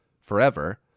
forever